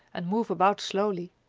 and move about slowly.